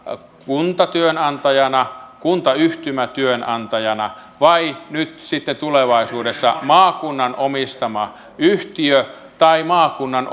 kunta työnantajana kuntayhtymä työnantajana vai nyt sitten tulevaisuudessa maakunnan omistama yhtiö tai maakunnan